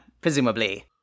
presumably